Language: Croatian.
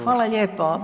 Hvala lijepo.